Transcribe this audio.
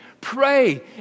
Pray